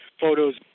photos